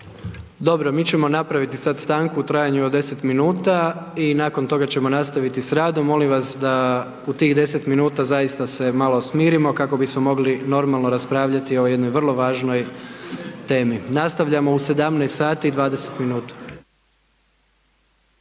Dobro mi ćemo napraviti sada stanku u trajanju od 10 min i nakon toga ćemo nastaviti s radom, molim vas da u tih 10 minuta se zaista malo smirimo kako bismo mogli normalno raspravljati o jednoj vrlo važnoj temi. Nastavljamo u 17,20 sati.